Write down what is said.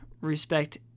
respect